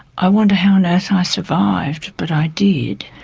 i wonder how on earth i survived, but i did.